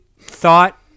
thought